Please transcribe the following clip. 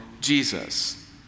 Jesus